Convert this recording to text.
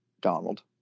donald